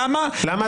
למה אתה צועק?